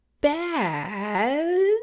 Bad